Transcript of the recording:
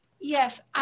Yes